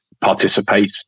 participate